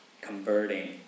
converting